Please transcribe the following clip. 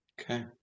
okay